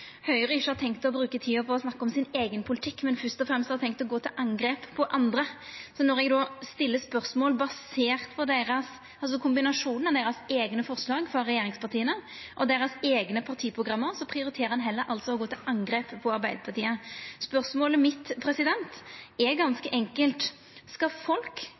Høgre ikkje har tenkt å bruka tida på å snakka om sin eigen politikk, men først og fremst har tenkt å gå til angrep på andre. Når eg stiller spørsmål basert på kombinasjonen av regjeringspartia sine eigne forslag og deira eigne partiprogram, prioriterer ein altså heller å gå til angrep på Arbeidarpartiet. Spørsmålet mitt er ganske enkelt: Skal folk